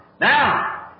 Now